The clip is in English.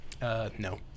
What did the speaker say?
No